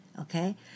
okay